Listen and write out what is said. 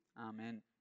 Amen